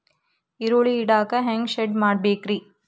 ಈರುಳ್ಳಿ ಇಡಾಕ ಹ್ಯಾಂಗ ಶೆಡ್ ಮಾಡಬೇಕ್ರೇ?